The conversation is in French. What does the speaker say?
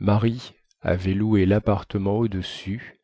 marie avait loué lappartement au-dessus